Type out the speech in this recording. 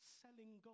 selling